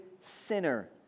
sinner